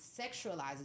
sexualizes